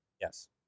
Yes